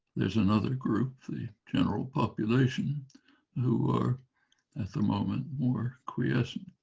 there's another group the general population who are at the moment more quiescent